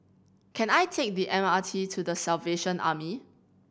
can I take the M R T to The Salvation Army